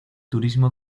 turismo